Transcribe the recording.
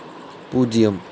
பூஜ்ஜியம்